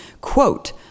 quote